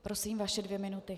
Prosím, vaše dvě minuty.